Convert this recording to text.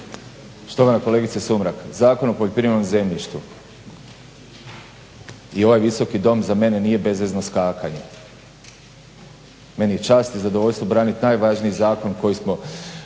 Štovana kolegice Sumrak, Zakon o poljoprivrednom zemljištu i ovaj Visoki dom za mene nije bezvezno skakanje, meni je čast i zadovoljstvo branit najvažniji zakon koji smo